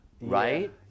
right